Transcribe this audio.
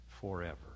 forever